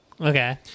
Okay